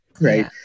right